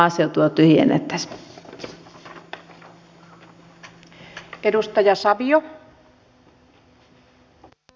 nämä ovat ne joilla maaseutua tyhjennettäisiin